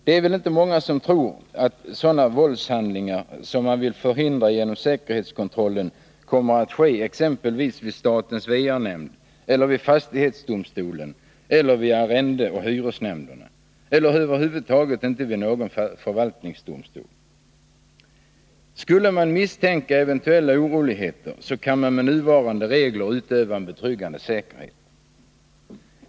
Det är väl inte många som tror att sådana våldshandlingar som man vill förhindra genom säkerhetskontrollen kommer att ske exempelvis vid statens va-nämnd, vid fastighetsdomstolen, vid arrendeoch hyresnämnderna eller över huvud taget vid någon förvaltningsdomstol. Skulle man misstänka att det skall bli oroligheter kan man med nuvarande regler åstadkomma en betryggande säkerhet.